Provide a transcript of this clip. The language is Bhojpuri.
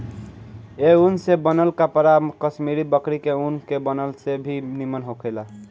ए ऊन से बनल कपड़ा कश्मीरी बकरी के ऊन के बनल से भी निमन होखेला